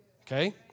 Okay